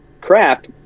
craft